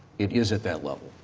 it is at that level.